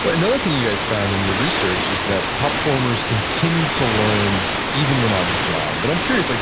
but another thing you guys found in your research is that top performers continue to learn even when on the job. but i'm curious, like